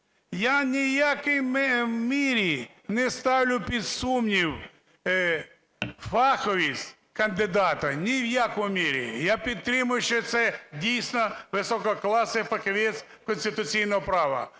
Я ні в якій мірі не ставлю під сумнів фаховість кандидата. Ні в якій мірі. Я підтримую, що це, дійсно, висококласний фахівець конституційного права.